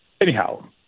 anyhow